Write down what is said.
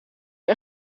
een